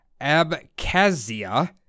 Abkhazia